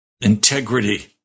integrity